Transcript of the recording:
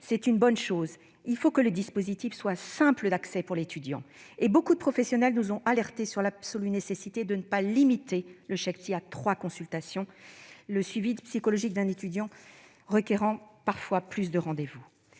est une bonne mesure. Il faut que le dispositif soit simple d'accès pour l'étudiant. Beaucoup de professionnels nous ont alertés sur l'absolue nécessité de ne pas limiter ce chèque à trois consultations, le suivi psychologique d'un étudiant requérant parfois plus de rendez-vous.